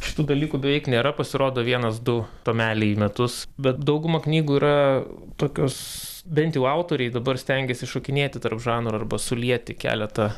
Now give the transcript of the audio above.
šitų dalykų beveik nėra pasirodo vienas du tomeliai į metus bet dauguma knygų yra tokios bent jau autoriai dabar stengiasi šokinėti tarp žanrų arba sulieti keletą